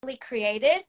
created